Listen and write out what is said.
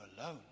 alone